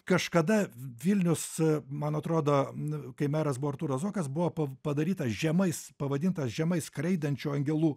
kažkada vilnius man atrodo kai meras artūras zuokas buvo padarytas žemais pavadintas žemai skraidančių angelų